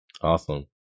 Awesome